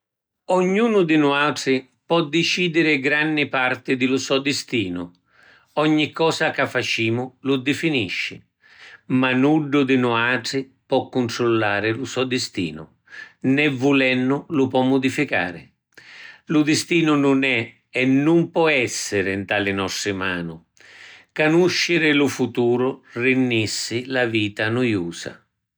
Ognunu di nuatri pò dicidiri granni parti di lu so distinu. Ogni cosa ca facimu lu difinisci. Ma nuddu di nuatri pò cuntrullari lu so distinu né, vulennu, lu pò mudificari. Lu distinu nun è e nun pò essiri nta li nostri manu. Canusciri lu futuru rinnissi la vita nuiusa.